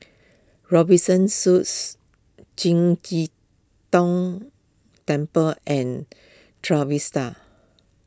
Robinson Suites Qing De Dong Temple and Trevista